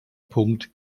punkt